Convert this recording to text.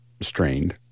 strained